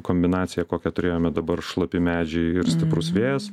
kombinacija kokią turėjome dabar šlapi medžiai ir stiprus vėjas